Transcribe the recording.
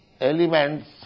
elements